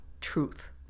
truth